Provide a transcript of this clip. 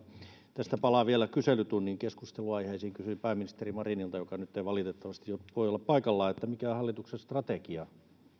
tästä vielä kyselytunnin keskustelunaiheisiin kysyin pääministeri marinilta joka nyt ei valitettavasti voi olla paikalla mikä on hallituksen strategia